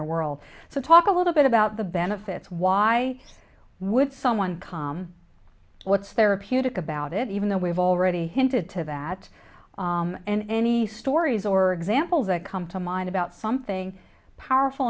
er world so talk a little bit about the benefits why would someone come what's there appear to combat it even though we've already hinted to that and any stories or examples that come to mind about something powerful